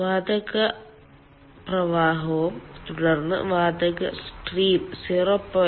വാതക പ്രവാഹവും തുടർന്ന് വാതക സ്ട്രീം 0